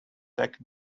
tech